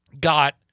got